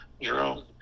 Jerome